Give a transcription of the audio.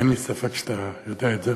אין לי ספק שאתה יודע את זה.